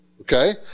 Okay